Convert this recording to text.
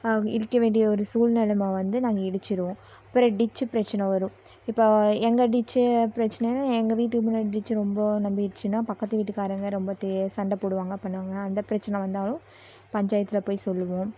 இடிக்க வேண்டிய ஒரு சூழ்நிலம வந்து நாங்கள் இடிச்சிடுவோம் அப்பறம் டிச்சு பிரச்சனை வரும் இப்போ எங்கள் டிச்சு பிரச்சனையில் எங்கள் வீட்டுக்கு முன்னாடி டிச்சு ரொம்ப ரொம்பிடிச்சின்னால் பக்கத்துக்கு வீட்டுக்காரவங்க ரொம்ப தே சண்டை போடுவாங்க அப்போ நாங்கள் அந்த பிரச்சனை வந்தாலும் பஞ்சாயத்தில் போய் சொல்லுவோம்